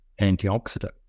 antioxidant